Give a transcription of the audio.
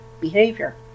behavior